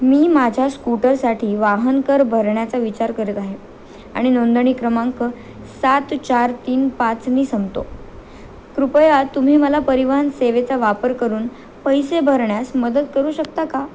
मी माझ्या स्कूटरसाठी वाहनकर भरण्याचा विचार करत आहे आणि नोंदणी क्रमांक सात चार तीन पाचने संपतो कृपया तुम्ही मला परिवहनसेवेचा वापर करून पैसे भरण्यास मदत करू शकता का